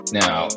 now